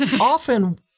often